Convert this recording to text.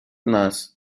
нас